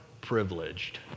privileged